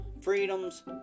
Freedoms